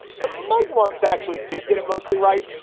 the mugwumps actually did get it mostly right.